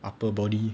upper body